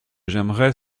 j’aimerais